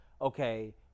Okay